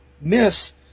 miss